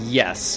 yes